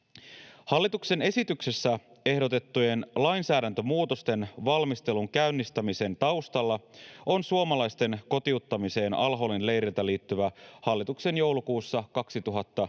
Hallituksen esityksessä ehdotettujen lainsäädäntömuutosten valmistelun käynnistämisen taustalla on suomalaisten kotiuttamiseen al-Holin leiriltä liittyvä hallituksen joulukuussa 2019